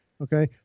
okay